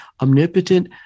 omnipotent